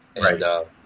Right